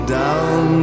down